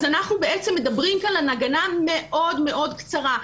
אנחנו בעצם מדברים כאן על הגנה מאוד מאוד קצרה.